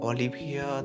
Olivia &